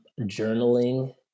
journaling